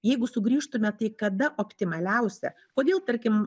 jeigu sugrįžtume tai kada optimaliausia kodėl tarkim